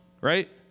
right